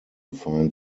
find